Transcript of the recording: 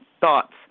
thoughts